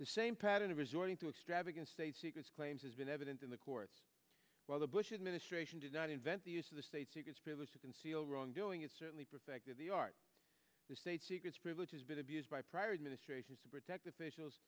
the same pattern of resorting to extravagant state secrets claims has been evident in the courts while the bush administration did not invent the use of the state secrets privilege to conceal wrongdoing it certainly perfected the art the state secrets privilege has been abused by prior administrations to protect officials